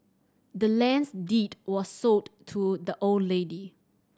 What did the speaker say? the land's deed was sold to the old lady